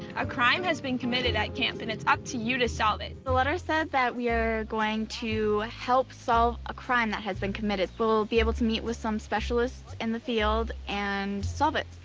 a crime has been committed at camp, and it's up to you to solve it. the letter said that we are going to help solve a crime that has been committed, so we'll be able to meet with some specialists in the field and solve it.